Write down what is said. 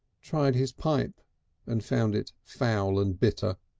tried his pipe and found it foul and bitter,